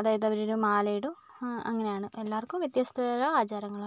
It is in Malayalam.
അതായത് അവരൊരു മാലയിടും അങ്ങനെയാണ് എല്ലാവർക്കും വ്യത്യസ്തതയുള്ള ആചാരങ്ങളാണ്